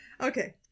Okay